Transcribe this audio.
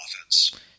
offense